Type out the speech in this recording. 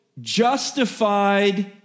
justified